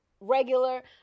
regular